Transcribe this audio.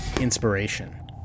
inspiration